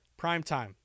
Primetime